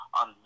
on